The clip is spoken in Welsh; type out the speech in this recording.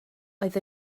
oedd